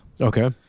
Okay